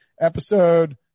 episode